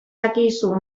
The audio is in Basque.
dakizu